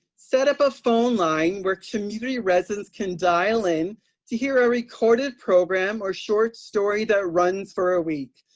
set up a phone line where community residents can dial in to hear a recorded program or short story that runs for a week.